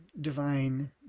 divine